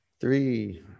three